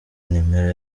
nimero